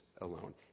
alone